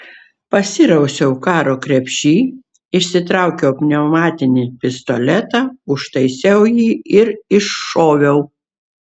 pasirausiau karo krepšy išsitraukiau pneumatinį pistoletą užtaisiau jį ir iššoviau